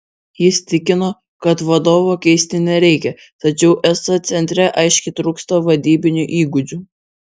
jis tikino kad vadovo keisti nereikia tačiau esą centre aiškiai trūksta vadybinių įgūdžių